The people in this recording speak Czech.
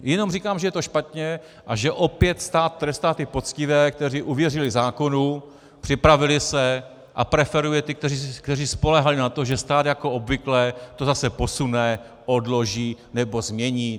Jenom říkám, že je to špatně a že opět stát trestá poctivé, kteří uvěřili zákonu, připravili se, a preferuje ty, kteří spoléhali na to, že stát jako obvykle to posune, odloží nebo změní.